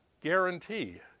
guarantee